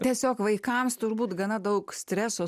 tiesiog vaikams turbūt gana daug streso